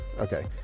Okay